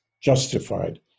justified